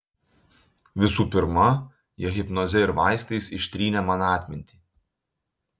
visų pirma jie hipnoze ir vaistais ištrynė man atmintį